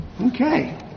Okay